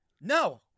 No